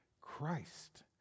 Christ